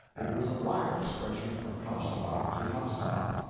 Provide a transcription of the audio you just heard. it was a wire stretching from housetop to housetop.